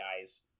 guys